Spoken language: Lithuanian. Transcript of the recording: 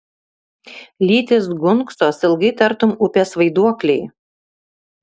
lytys gunksos ilgai tartum upės vaiduokliai